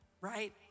Right